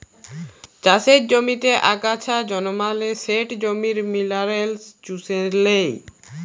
চাষের জমিতে আগাছা জল্মালে সেট জমির মিলারেলস চুষে লেই